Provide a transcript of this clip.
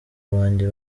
banjye